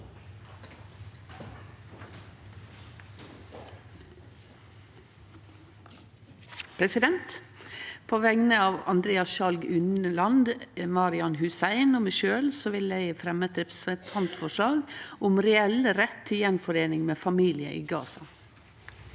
På vegner av Andreas Sjalg Unneland, Marian Hussein og meg sjølv vil eg fremje eit representantforslag om reell rett til gjenforeining med familie i Gaza.